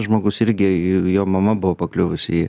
žmogus irgi jo mama buvo pakliuvus į